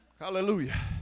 Hallelujah